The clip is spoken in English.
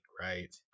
right